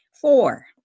Four